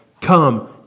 Come